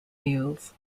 mules